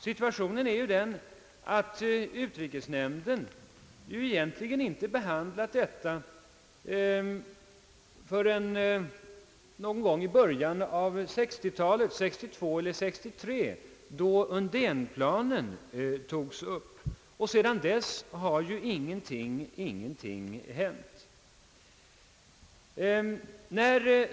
Situationen är den, att utrikesnämnden egentligen inte behandlade detta förrän 1962 eller 1963, när Undénplanen togs upp, och sedan dess har ingenting hänt.